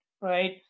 right